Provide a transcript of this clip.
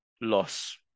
Loss